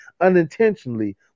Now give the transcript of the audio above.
unintentionally